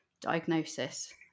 diagnosis